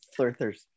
Flirthers